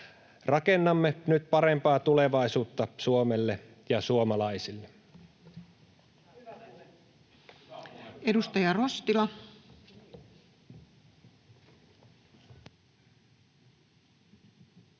Rakennamme nyt parempaa tulevaisuutta Suomelle ja suomalaisille.